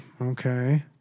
okay